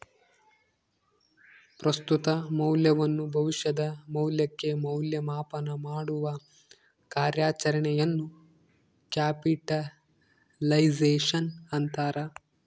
ಪ್ರಸ್ತುತ ಮೌಲ್ಯವನ್ನು ಭವಿಷ್ಯದ ಮೌಲ್ಯಕ್ಕೆ ಮೌಲ್ಯ ಮಾಪನಮಾಡುವ ಕಾರ್ಯಾಚರಣೆಯನ್ನು ಕ್ಯಾಪಿಟಲೈಸೇಶನ್ ಅಂತಾರ